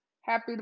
Happy